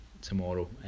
tomorrow